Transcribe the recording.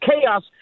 chaos